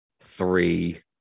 three